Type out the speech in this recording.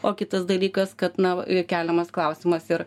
o kitas dalykas kad na keliamas klausimas ir